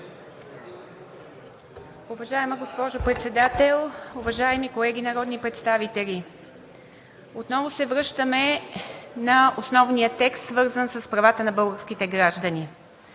Уважаема госпожо Председател, уважаеми колеги народни представители! Отново се връщаме на основния текст, свързан с правата на българските граждани.